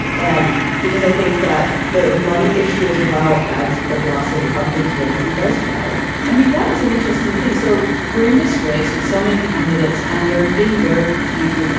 and because i think that the money issue as well as the blessing of the dnc does matter i mean, that was an interesting thing. so we're in this race with so many candidates and there have been very few.